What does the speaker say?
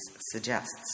suggests